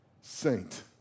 saint